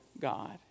God